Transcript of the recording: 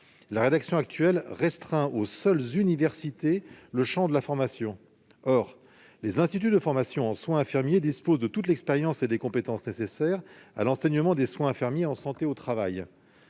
la rédaction restreint aux seules universités le champ de la formation. Or les instituts de formation en soins infirmiers disposent de toute l'expérience et des compétences nécessaires à l'enseignement des soins infirmiers en santé au travail.